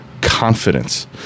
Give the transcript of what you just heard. Confidence